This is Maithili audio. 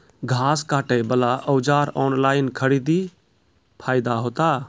घास काटे बला औजार ऑनलाइन खरीदी फायदा होता?